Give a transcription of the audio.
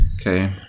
Okay